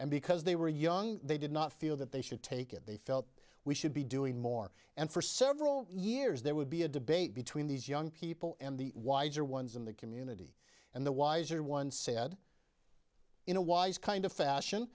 and because they were young they did not feel that they should take it they felt we should be doing more and for several years there would be a debate between these young people and the wiser ones in the community and the wiser one said in a wise kind of fashion